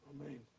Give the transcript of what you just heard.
Amen